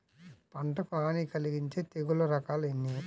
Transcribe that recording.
పంటకు హాని కలిగించే తెగుళ్ల రకాలు ఎన్ని?